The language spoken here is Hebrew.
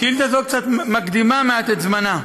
שאילתה זו מקדימה מעט את זמנה.